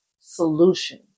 solution